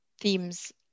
themes